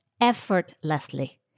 effortlessly